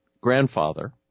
grandfather